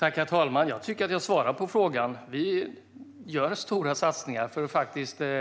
Herr talman! Jag tycker att jag svarade på frågan. Vi gör stora satsningar för